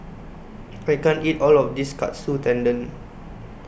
I can't eat All of This Katsu Tendon